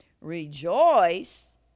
rejoice